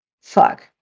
Fuck